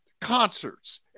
Concerts